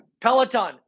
peloton